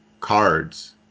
cards